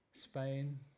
Spain